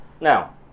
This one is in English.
Now